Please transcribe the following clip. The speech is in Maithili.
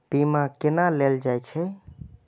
बीमा केना ले जाए छे?